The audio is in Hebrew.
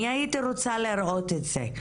אני הייתי רוצה לראות את זה.